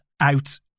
out